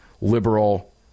liberal